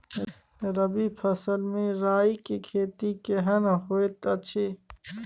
रबी फसल मे राई के खेती केहन होयत अछि?